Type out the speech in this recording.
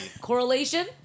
Correlation